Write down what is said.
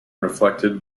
reflected